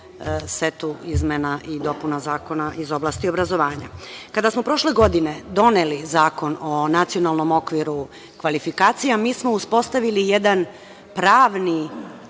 setu izmena i dopuna zakona iz oblasti obrazovanja. Kada smo prošle godine doneli Zakon o nacionalnom okviru kvalifikacije, mi smo uspostavili jedan pravni